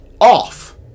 off